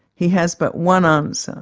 he has but one um so